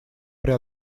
при